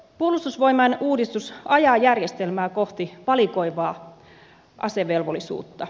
puolustusvoimain uudistus ajaa järjestelmää kohti valikoivaa asevelvollisuutta